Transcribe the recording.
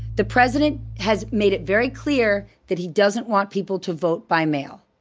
the president has made it very clear that he doesn't want people to vote by mail,